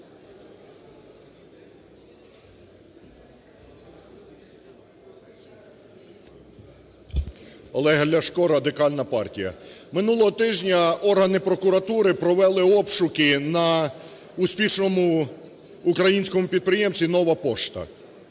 Олег Ляшко, Радикальна партія. Минулого тижня органи прокуратури провели обшуки на успішному українському підприємстві "Нова пошта".